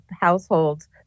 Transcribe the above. households